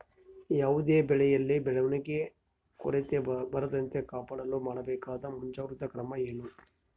ಯಾವುದೇ ಬೆಳೆಯಲ್ಲಿ ಬೆಳವಣಿಗೆಯ ಕೊರತೆ ಬರದಂತೆ ಕಾಪಾಡಲು ಮಾಡಬೇಕಾದ ಮುಂಜಾಗ್ರತಾ ಕ್ರಮ ಏನು?